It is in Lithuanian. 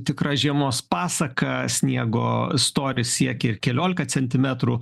tikra žiemos pasaka sniego storis siekia ir keliolika centimetrų